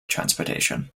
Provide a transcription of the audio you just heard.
transportation